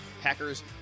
Packers